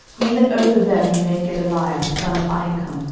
even over them he made gedaliah the son of ahikam,